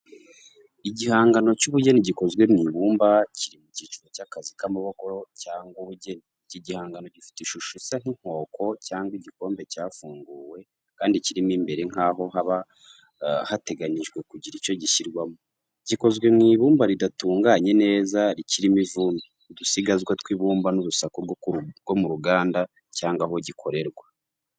Igihangano cy’ubugeni gikozwe mu ibumba, kiri mu cyiciro cy’akazi k’amaboko cyangwa ubugeni. Iki gihangano gifite ishusho isa nk’inkoko cyangwa igikombe cyafunguwe kandi kirimo imbere nk'aho haba hateganijwe kugira icyo gishyirwamo. Gikozwe mu ibumba ridatunganye neza rikirimo ivumbi, udusigazwa tw’ibumba n’urusaku rwo mu ruganda cyangwa aho gikorerwa.